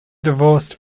divorced